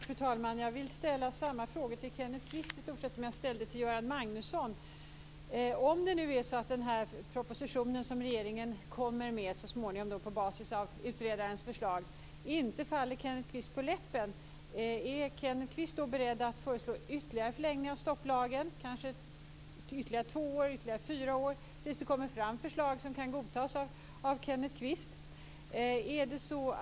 Fru talman! Jag vill ställa i stort sett samma frågor till Kenneth Kvist som jag ställde till Göran Magnusson. Om den proposition som regeringen så småningom skall lägga fram baserad på utredarens förslag inte faller Kenneth Kvist på läppen, är Kenneth Kvist beredd att föreslå ytterligare förlängning av stopplagen två eller fyra år tills det kommer fram förslag som kan godtas av Kenneth Kvist?